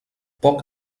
poc